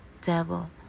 devil